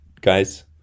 guys